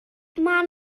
maen